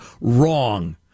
wrong